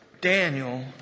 Daniel